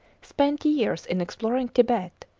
spent years in exploring tibet,